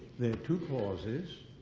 there are two clauses.